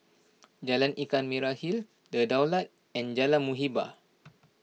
Jalan Ikan Merah Hill the Daulat and Jalan Muhibbah